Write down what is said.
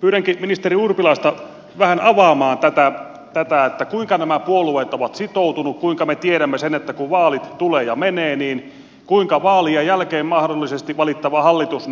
pyydänkin ministeri urpilaista vähän avaamaan tätä kuinka nämä puolueet ovat sitoutuneet kuinka me tiedämme sen että kun vaalit tulevat ja menevät vaalien jälkeen mahdollisesti valittava hallitus